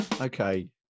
Okay